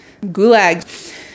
gulag